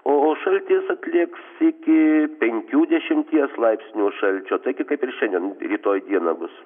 o šaltis atlėgs iki penkių dešimties laipsnių šalčio taigi kaip ir šiandien rytoj dieną bus